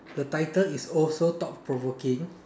the title is also thought provoking